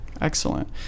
Excellent